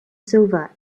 silver